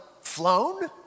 flown